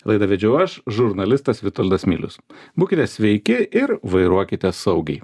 laidą vedžiau aš žurnalistas vitoldas milius būkite sveiki ir vairuokite saugiai